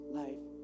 life